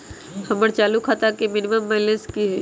हमर चालू खाता के मिनिमम बैलेंस कि हई?